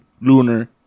Lunar